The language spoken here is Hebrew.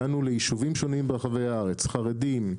הגענו ליישובים שונים ברחבי הארץ - חרדים,